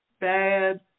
bad